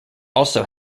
also